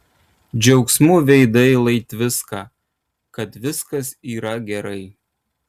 džiaugsmu veidai lai tviska kad viskas yra gerai